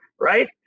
Right